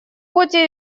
ходе